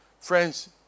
Friends